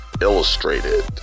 illustrated